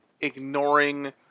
ignoring